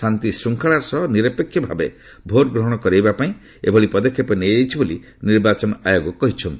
ଶାନ୍ତିଶୂଙ୍ଖଳାର ସହ ନିରପେକ୍ଷ ଭାବେ ଭୋଟ୍ଗ୍ରହଣ କରିବାପାଇଁ ଏଭଳି ପଦକ୍ଷେପ ନିଆଯାଇଛି ବୋଲି ନିର୍ବାଚନ କମିଶନ୍ କହିଛି